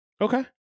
Okay